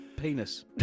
penis